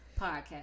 podcast